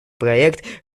проект